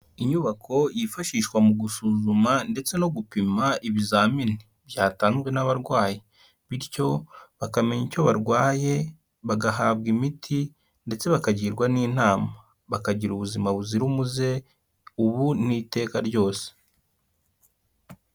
Inyubako yifashishwa mu gusuzuma ndetse no gupima ibizamini byatanzwe n'abarwayi, bityo bakamenya icyo barwaye, bagahabwa imiti ndetse bakagirwa n'inama, bakagira ubuzima buzira umuze ubu n'iteka ryose.